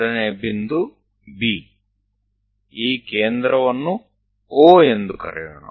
ચાલો આ મધ્યબિંદુને O તરીકે દર્શાવીએ